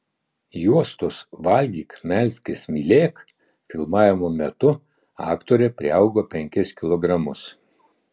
juostos valgyk melskis mylėk filmavimo metu aktorė priaugo penkis kilogramus